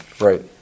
Right